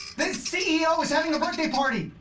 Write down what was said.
the ceo is having a birthday party!